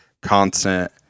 constant